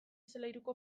solairuko